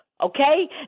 okay